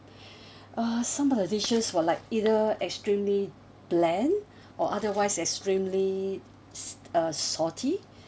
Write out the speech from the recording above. uh some of the dishes were like either extremely bland or otherwise extremely sa~ uh salty